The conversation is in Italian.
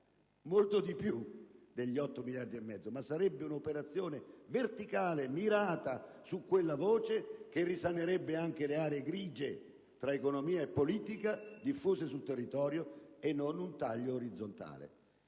molto di più degli 8 miliardi e mezzo. Sarebbe un'operazione verticale mirata su quella voce, che risanerebbe anche le aree grigie tra economia e politica diffuse sul territorio e non sarebbe un taglio orizzontale.